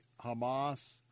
Hamas